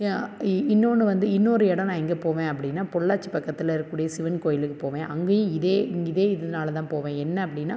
இன்னோன்று வந்து இன்னோரு இடம் நான் எங்கே போவேன் அப்படின்னா பொள்ளாச்சி பக்கத்தில் இருக்கக்கூடிய சிவன் கோயிலுக்கு போவேன் அங்கேயும் இதே இதே இதுனால் தான் போவேன் என்ன அப்படின்னா